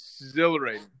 exhilarating